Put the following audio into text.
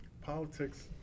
Politics